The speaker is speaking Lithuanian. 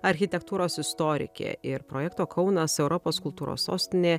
architektūros istorikė ir projekto kaunas europos kultūros sostinė